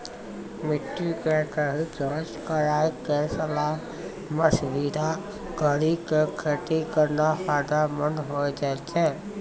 मिट्टी के सही जांच कराय क सलाह मशविरा कारी कॅ खेती करना फायदेमंद होय छै